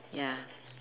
ya